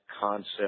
concept